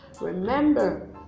Remember